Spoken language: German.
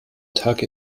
tage